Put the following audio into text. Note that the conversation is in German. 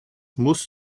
muss